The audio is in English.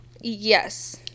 yes